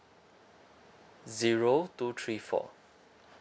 zero two three four